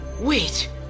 Wait